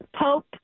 Pope